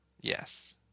Yes